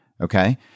okay